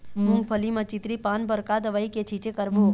मूंगफली म चितरी पान बर का दवई के छींचे करबो?